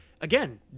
again